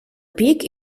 pic